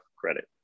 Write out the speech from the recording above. credit